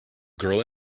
girl